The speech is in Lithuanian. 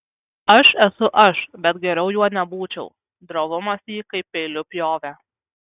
aš esu aš bet geriau juo nebūčiau drovumas jį kaip peiliu pjovė